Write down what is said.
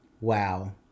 wow